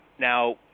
Now